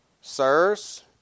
Sirs